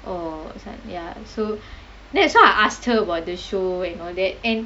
or like ya so that's why I asked her about the show and all that and